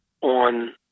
on